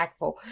impactful